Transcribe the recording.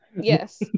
Yes